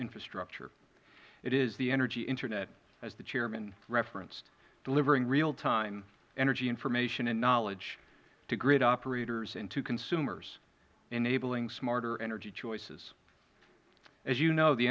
infrastructure it is the energy internet as the chairman referenced delivering real time energy information and knowledge to grid operators and to consumers enabling smarter energy choices as you